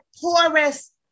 poorest